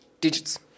digits